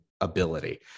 ability